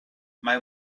mae